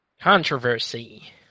controversy